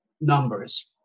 numbers